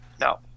No